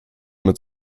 mit